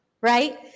right